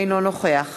אינו נוכח